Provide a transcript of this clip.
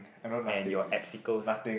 and your absicals